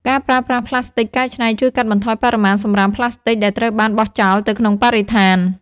ការប្រើប្រាស់ផ្លាស្ទិកកែច្នៃជួយកាត់បន្ថយបរិមាណសំរាមផ្លាស្ទិកដែលត្រូវបានបោះចោលទៅក្នុងបរិស្ថាន។